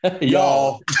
Y'all